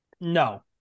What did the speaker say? No